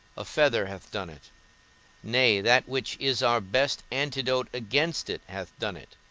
a feather hath done it nay, that which is our best antidote against it hath done it